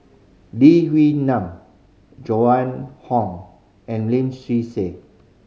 Lee Wee Nam Joan Hon and Lim Swee Say